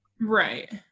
right